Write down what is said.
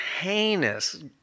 heinous